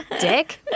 Dick